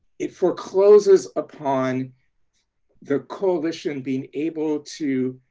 it forecloses upon the coalition being able to